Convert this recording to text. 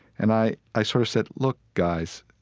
and i i sort of said, look, guys,